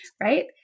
right